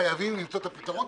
חייבים למצוא את הפתרון.